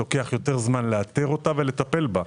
לוקח יותר זמן לאתר אותה ולטפל בה.